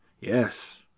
Yes